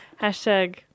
Hashtag